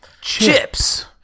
Chips